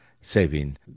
saving